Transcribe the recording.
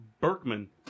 Berkman